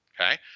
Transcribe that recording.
okay